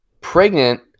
pregnant